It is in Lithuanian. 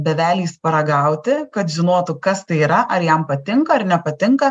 bevelys paragauti kad žinotų kas tai yra ar jam patinka ar nepatinka